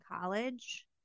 college